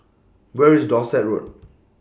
Where IS Dorset Road